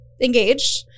engaged